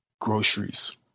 groceries